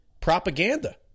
propaganda